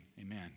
amen